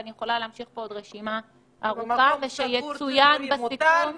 כמו כן,